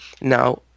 Now